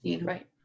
Right